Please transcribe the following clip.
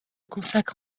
consacre